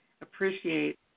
appreciate